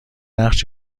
نقش